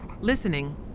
listening